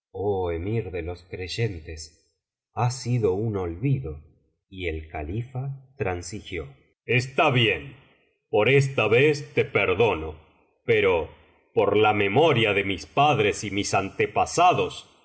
emir de los creyentes ha sido un olvido y el califa transigió está bien por esta vez te perdono pero por la memoria de mis padres y mis antepasados